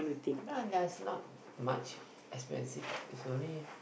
that does not much expensive what it's only